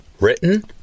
Written